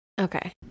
Okay